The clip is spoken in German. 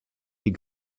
die